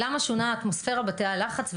למה שונתה האטמוספירה בתאי הלחץ,